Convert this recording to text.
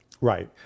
Right